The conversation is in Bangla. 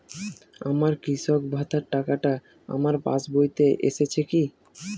আমার কৃষক ভাতার টাকাটা আমার পাসবইতে এসেছে কি?